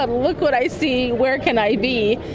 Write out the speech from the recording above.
um look what i see! where can i be?